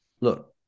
look